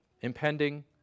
impending